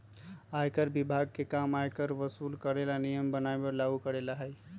आयकर विभाग के काम आयकर वसूल करे ला नियम बनावे और लागू करेला हई